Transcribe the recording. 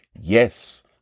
Yes